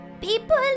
People